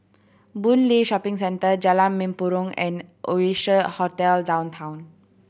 Boon Lay Shopping Centre Jalan Mempurong and Oasia Hotel Downtown